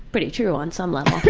pretty true on some level.